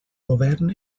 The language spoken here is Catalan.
govern